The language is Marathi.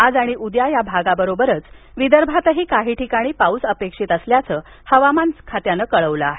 आज आणि उद्या या भागाबरोबरच विदर्भातही काही ठिकाणी पाऊस अपेक्षित असल्याचं हवामान खात्यानं कळवलं आहे